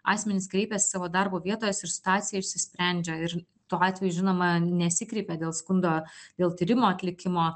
asmenys kreipias į savo darbo vietos ir situacija išsisprendžia ir tuo atveju žinoma nesikreipia dėl skundo dėl tyrimo atlikimo